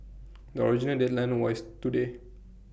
the original deadline was today